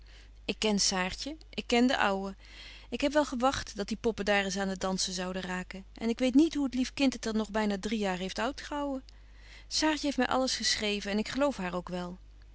ik ken saartje ik ken de ouwe ik heb wel gewagt dat die poppen daar eens aan het dansen zouden raken en ik weet niet hoe het lief kind het er nog byna drie jaar heeft uitgehouden saartje heeft my alles geschreven en ik geloof haar ook wel